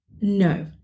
No